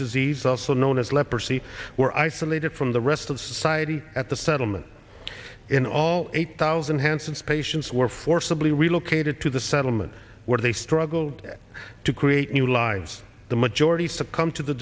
disease also known as leprosy were isolated from the rest of society at the settlement in all eight thousand hansen's patients were forcibly relocated to the settlement where they struggled to create new lives the majority succumb to the